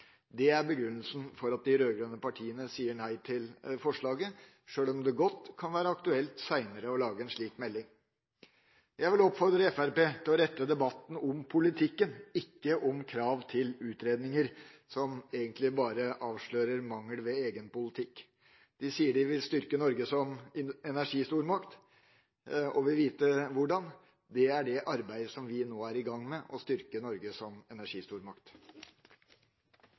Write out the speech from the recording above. Det er begrunnelsen for at de rød-grønne partiene sier nei til forslaget, sjøl om det godt kan være aktuelt seinere å lage en slik melding. Jeg vil oppfordre Fremskrittspartiet til å rette debatten mot politikken, ikke mot krav til utredninger, som egentlig bare avslører mangler ved egen politikk. De sier de vil styrke Norge som energistormakt og vil vite hvordan. Det er det arbeidet som vi nå er i gang med: å styrke Norge som energistormakt.